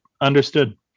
Understood